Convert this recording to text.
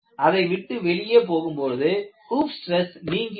அதை விட்டு வெளியே போகும்போது ஹூப் ஸ்டிரஸ் நீங்கிவிடும்